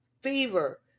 fever